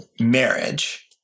marriage